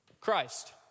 Christ